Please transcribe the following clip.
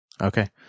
Okay